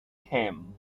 him